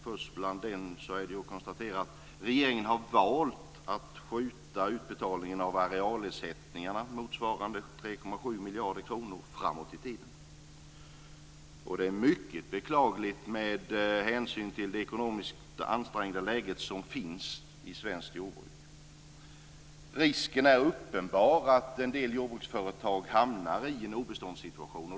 Först bland dem är att konstatera att regeringen har valt att skjuta utbetalningen av arealersättningarna, motsvarande 3,7 miljarder kronor, framåt i tiden. Det är mycket beklagligt med hänsyn till det ekonomiskt ansträngda läge som finns i svenskt jordbruk. Risken är uppenbar att en del jordbruksföretag hamnar i en obeståndssituation.